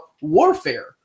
warfare